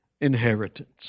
inheritance